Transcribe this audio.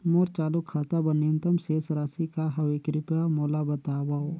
मोर चालू खाता बर न्यूनतम शेष राशि का हवे, कृपया मोला बतावव